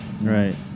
Right